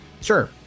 Sure